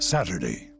Saturday